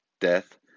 death